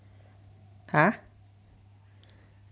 !huh!